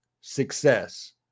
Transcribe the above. success